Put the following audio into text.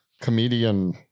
Comedian